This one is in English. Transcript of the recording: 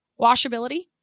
washability